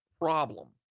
problem